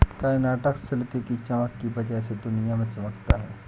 Karnataka silk की चमक की वजह से दुनिया में चमकता है